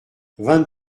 vingt